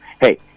Hey